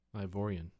Ivorian